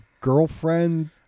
girlfriend